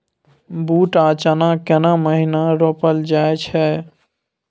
बूट आ चना केना महिना रोपल जाय छै?